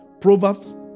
Proverbs